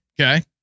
Okay